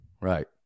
Right